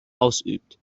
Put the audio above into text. ausübt